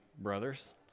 Brothers